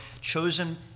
chosen